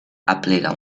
aplega